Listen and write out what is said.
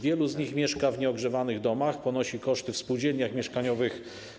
Wielu z nich mieszka w nieogrzewanych domach, ponosi koszty ogrzewania w spółdzielniach mieszkaniowych.